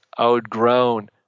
outgrown